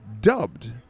dubbed